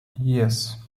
yes